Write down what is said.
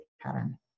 pattern